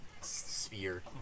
sphere